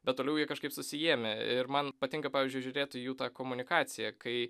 bet toliau jie kažkaip susiėmė ir man patinka pavyzdžiui žiūrėt į jų tą komunikaciją kai